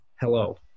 hello